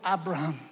Abraham